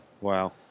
Wow